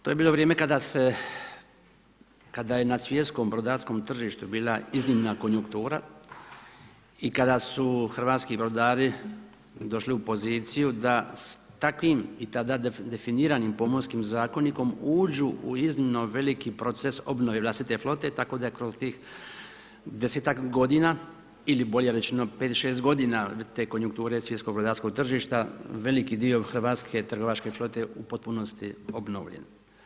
To je bilo vrijeme kada je na svjetskom brodarskom tržištu bila iznimna konjunktura i kada su hrvatski brodari došli u poziciju da s takvim i tada definiranim Pomorskim zakonikom uđu u iznimno veliki proces obnove vlastite flote tako da je kroz tih 10-ak godina ili bolje rečeno, 5, 6 g. te konjunkture svjetskog brodarskog tržišta, veliki dio hrvatske trgovačke flote u potpunosti obnovljen.